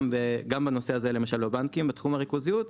בנושא הזה למשל בבנקים בתחום הריכוזיות,